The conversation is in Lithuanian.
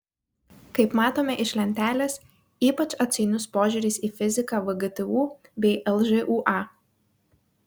kaip matome iš lentelės ypač atsainus požiūris į fiziką vgtu bei lžūa